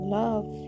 love